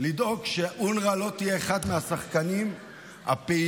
לדאוג שאונר"א לא תהיה אחד מהשחקנים הפעילים